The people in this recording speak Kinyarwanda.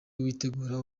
witegura